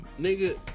Nigga